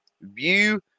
View